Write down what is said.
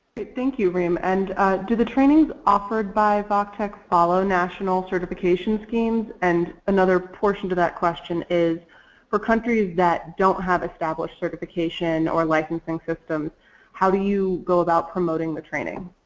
thank you, rim. and do the trainings offered by voctec follow national certification schemes and another portion to that question is for countries that don't have established certification or licensing systems how do you go about promoting the training?